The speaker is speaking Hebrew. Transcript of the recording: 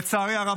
לצערי הרב,